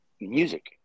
music